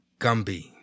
Gumby